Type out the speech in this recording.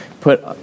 put